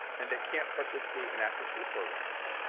and they can't participate in after-school programs,